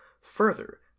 Further